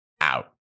out